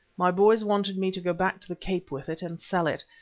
my boys wanted me to go back to the cape with it and sell it,